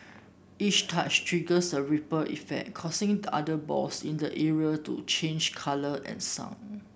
each touch triggers a ripple effect causing other balls in the area to change colour and sound